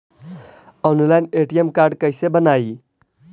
Online ATM card कैसे बनाई?